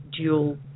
dual